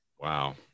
Wow